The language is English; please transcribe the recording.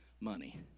money